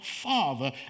father